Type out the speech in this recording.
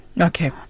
Okay